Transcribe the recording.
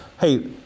hey